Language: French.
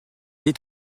est